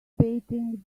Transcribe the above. painting